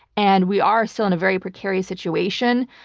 and we are still in a very precarious situation.